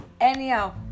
anyhow